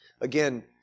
Again